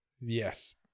Yes